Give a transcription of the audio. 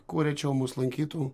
kuo rečiau mus lankytų